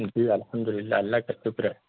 جی الحمد للہ اللہ کا شکر ہے